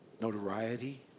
notoriety